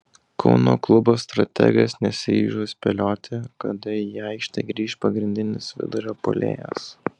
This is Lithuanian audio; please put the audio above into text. kauno klubo strategas nesiryžo spėlioti kada į aikštę grįš pagrindinis vidurio puolėjas